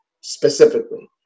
specifically